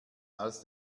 als